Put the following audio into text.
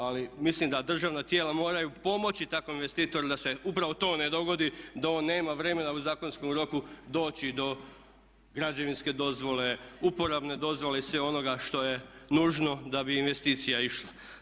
Ali mislim da državna tijela moraju pomoći takvom investitoru da se upravo to ne dogodi da on nema vremena u zakonskom roku doći do građevinske dozvole, uporabne dozvole i svega onoga što je nužno da bi investicija išla.